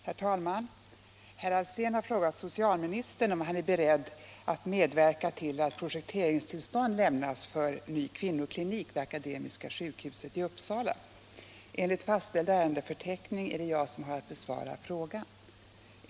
Herr talman! Herr Alsén har frågat socialministern om han är beredd att medverka till att projekteringstillstånd lämnas för ny kvinnoklinik vid Akademiska sjukhuset i Uppsala. Enligt fastställd ärendeförteckning är det jag som har att besvara frågan.